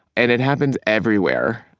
and it happens everywhere.